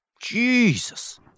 Jesus